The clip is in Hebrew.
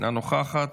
אינה נוכחת,